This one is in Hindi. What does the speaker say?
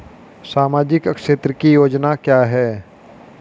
सामाजिक क्षेत्र की योजना क्या है?